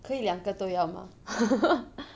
可以两个都要吗